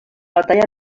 batalla